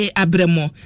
abremo